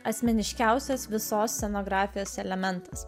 asmeniškiausias visos scenografijos elementas